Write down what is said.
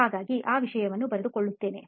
ಹಾಗಾಗಿ ಆ ವಿಷಯವನ್ನು ಬರೆದುಕೊಳ್ಳುತ್ತೇನೆ